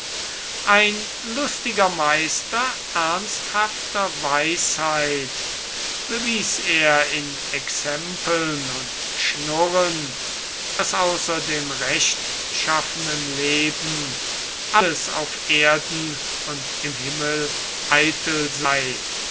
ein lustiger meister ernsthafter weisheit bewies er in exempeln und schnurren daß außer dem rechtschaffenen leben alles auf erden und im himmel eitel sei